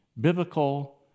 biblical